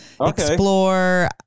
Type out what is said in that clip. explore